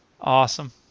Awesome